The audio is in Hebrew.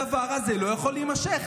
הדבר הזה לא יכול להימשך.